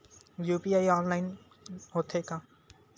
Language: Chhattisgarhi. यू.पी.आई ऑनलाइन होथे का?